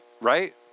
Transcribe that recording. Right